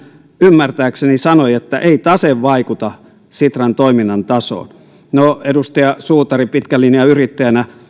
ymmärtääkseni sanoi että ei tase vaikuta sitran toiminnan tasoon no edustaja suutari pitkän linjan yrittäjänä